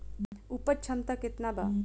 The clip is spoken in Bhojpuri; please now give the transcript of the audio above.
उपज क्षमता केतना वा?